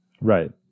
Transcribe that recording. Right